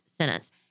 sentence